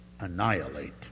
annihilate